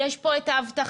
יש פה את האבטחה,